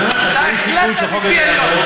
אז אני אומר לך שאין סיכוי שהחוק הזה יעבור,